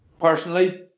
personally